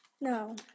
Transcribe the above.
No